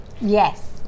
yes